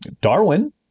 Darwin